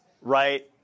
right